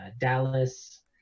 Dallas